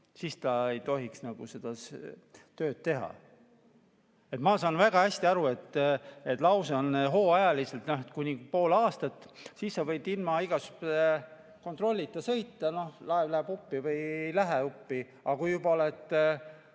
siis ta ei tohiks seda tööd teha. Ma saan väga hästi aru, et lause on: hooajaliselt, et kuni pool aastat. Siis sa võid ilma igasuguse kontrollita sõita, laev läheb uppi või ei lähe uppi. Aga kui oled